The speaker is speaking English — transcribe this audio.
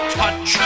touch